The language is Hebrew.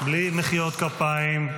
בלי מחיאות כפיים.